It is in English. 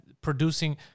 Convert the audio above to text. producing